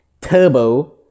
Turbo